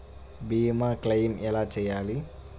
భీమ క్లెయిం ఎలా చేయాలి?